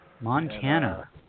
Montana